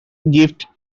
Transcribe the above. gift